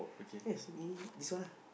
yes this one ah